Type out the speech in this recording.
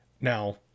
Now